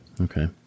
okay